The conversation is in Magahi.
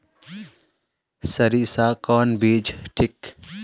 सरीसा कौन बीज ठिक?